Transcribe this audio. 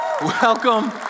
Welcome